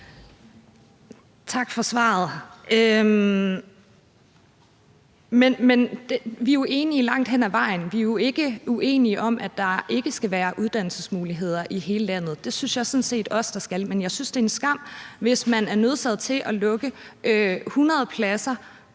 Tak for svaret. Vi jo enige langt hen ad vejen. Vi er jo ikke uenige om, at der skal være uddannelsesmuligheder i hele landet. Det synes jeg sådan set også der skal, men jeg synes, det er en skam, hvis man er nødtsaget til at lukke 100 pladser